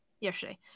yesterday